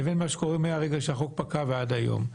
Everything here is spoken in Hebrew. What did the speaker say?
לבין מה שקורה מרגע שהחוק פקע ועד היום.